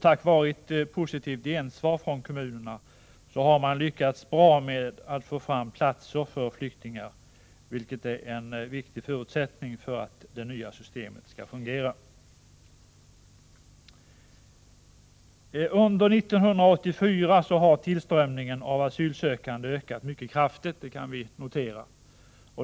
Tack vare ett positivt gensvar från kommunerna har man lyckats bra med att få fram platser för flyktingar, vilket är en viktig förutsättning för att det nya systemet skall fungera. Vi kan notera att tillströmningen av asylsökande under 1984 ökat mycket kraftigt.